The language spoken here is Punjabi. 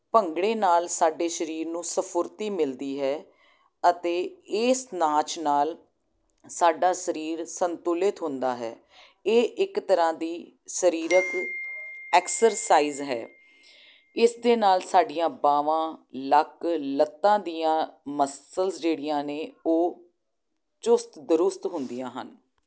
ਭੰਗੜੇ ਨਾਲ ਸਾਡੇ ਸਰੀਰ ਨੂੰ ਸਫੁਰਤੀ ਮਿਲਦੀ ਹੈ ਅਤੇ ਇਸ ਨਾਚ ਨਾਲ ਸਾਡਾ ਸਰੀਰ ਸੰਤੁਲਿਤ ਹੁੰਦਾ ਹੈ ਇਹ ਇੱਕ ਤਰ੍ਹਾਂ ਦੀ ਸਰੀਰਕ ਐਕਸਰਸਾਈਜ਼ ਹੈ ਇਸ ਦੇ ਨਾਲ ਸਾਡੀਆਂ ਬਾਵਾਂ ਲੱਕ ਲੱਤਾਂ ਦੀਆਂ ਮਸਲਸ ਜਿਹੜੀਆਂ ਨੇ ਉਹ ਚੁਸਤ ਦਰੁਸਤ ਹੁੰਦੀਆਂ ਹਨ